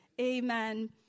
Amen